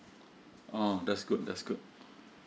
oh that's good that's good